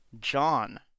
John